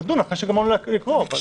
נדון אחרי שגמרנו לקרוא.